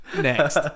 Next